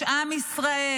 יש עם ישראל.